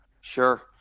Sure